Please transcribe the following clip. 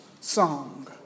song